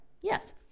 yes